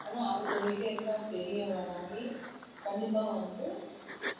ஆனால் அவள் சொல்லிகிட்டே இருக்கா பெரியவளாகி கண்டிப்பாக வந்து